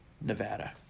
Nevada